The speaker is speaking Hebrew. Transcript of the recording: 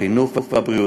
החינוך והבריאות.